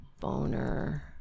Boner